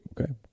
Okay